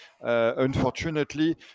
unfortunately